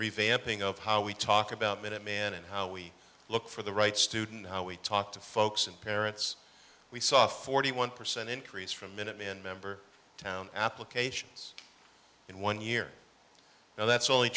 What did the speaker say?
revamping of how we talk about minuteman and how we look for the right student how we talk to folks and parents we saw forty one percent increase from minuteman member town applications in one year now that's